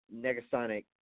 Negasonic